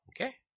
Okay